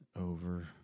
over